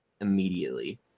immediately